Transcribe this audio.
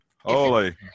holy